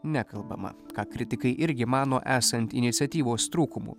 nekalbama ką kritikai irgi mano esant iniciatyvos trūkumu